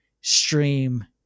stream